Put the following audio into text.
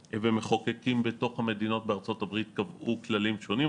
ומחוקקים בתוך המדינות בארצות הברית קבעו כללים שונים.